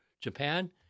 Japan